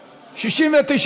הוועדה, נתקבלו.